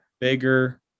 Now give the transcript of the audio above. bigger